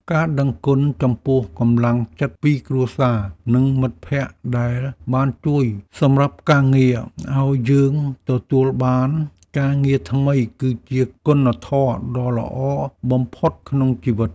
ការដឹងគុណចំពោះកម្លាំងចិត្តពីគ្រួសារនិងមិត្តភក្តិដែលបានជួយសម្រាប់ការងារឱ្យយើងទទួលបានការងារថ្មីគឺជាគុណធម៌ដ៏ល្អបំផុតក្នុងជីវិត។